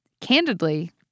Candidly